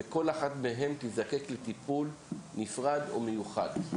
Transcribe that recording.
וכל אחת מהן תזדקק לטיפול נפרד או מיוחד,